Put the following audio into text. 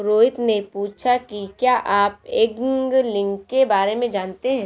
रोहित ने पूछा कि क्या आप एंगलिंग के बारे में जानते हैं?